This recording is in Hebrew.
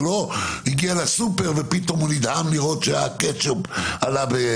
זה לא הגיע לסופר ופתאום הוא נדהם לראות שהקטשופ עלה.